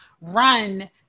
run